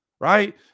right